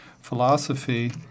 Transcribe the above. philosophy